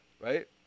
Right